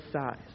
size